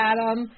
Adam